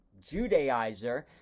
Judaizer